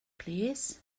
plîs